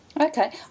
Okay